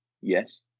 yes